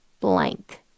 blank